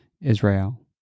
Israel